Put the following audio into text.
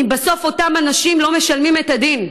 אם בסוף אותם אנשים לא משלמים את הדין,